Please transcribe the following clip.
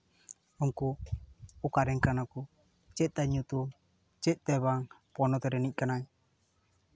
ᱩᱱᱠᱩ ᱚᱠᱟᱨᱮᱱ ᱠᱟᱱᱟ ᱠᱚ ᱪᱮᱫ ᱛᱟᱭ ᱧᱩᱛᱩᱢ ᱪᱮᱫ ᱛᱟᱭ ᱵᱟᱝ ᱯᱚᱱᱚᱛ ᱨᱤᱱᱤᱡ ᱠᱟᱱᱟᱭ